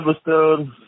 episode